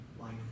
life